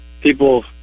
people –